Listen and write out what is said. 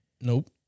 Nope